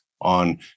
on